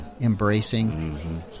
embracing